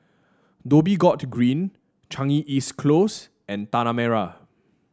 Dhoby Ghaut Green Changi East Close and Tanah Merah